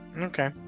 Okay